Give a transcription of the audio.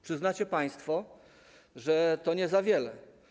Przyznacie państwo, że to nie za wiele.